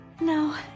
No